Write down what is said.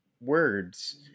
words